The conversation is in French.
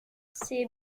ces